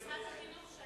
כמנכ"לית משרד החינוך,